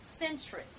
centrist